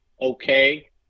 Okay